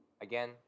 Again